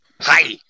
Hi